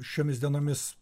šiomis dienomis